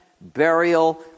burial